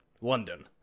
London